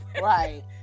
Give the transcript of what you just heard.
right